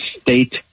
state